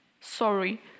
Sorry